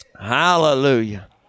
Hallelujah